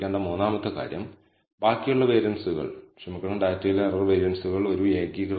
full മോഡലിന് അനുകൂലമായി reduced മോഡലിലേക്ക് മോഡലിൽ ഉൾപ്പെടുത്തുന്നത് മൂല്യമുള്ള സ്ലോപ്പ് പാരാമീറ്റർ നമുക്ക് ഒരു മികച്ച t ലഭിക്കും